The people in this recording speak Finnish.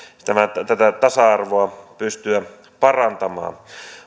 tätä tasa arvoa pystyä parantamaan